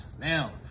Now